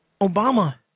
Obama